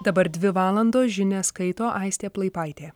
dabar dvi valandos žinias skaito aistė plaipaitė